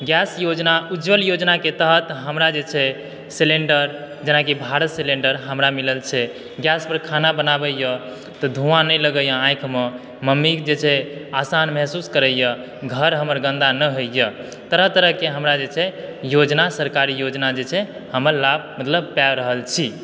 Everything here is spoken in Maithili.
गैस योजना उज्जवल योजनाके तहत हमरा जे छै सिलेण्डर जेनाकि भारत सिलेण्डर हमरा मिलल छै गैस पर खाना बनाबयए तऽ धुआँ नहि लगयए आँखिमे मम्मी जे छै आसान महसूस करयए घर हमर गन्दा न होइए तरह तरहके हमरा जे छै योजना सरकारी योजना जे छै हम लाभ मतलब पाबि रहल छी